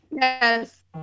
Yes